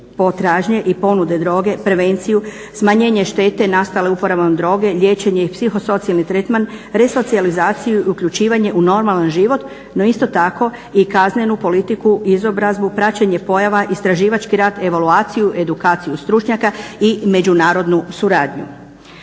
potražnje i ponude droge, prevenciju, smanjenje štete nastale uporabom droge, liječenje i psihosocijalni tretman, resocijalizaciju i uključivanje u normalna život, no isto tako i kaznenu politiku, izobrazbu, praćenje pojava , istraživački rat, evaluaciju, edukaciju stručnjaka i međunarodnu suradnju.